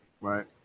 right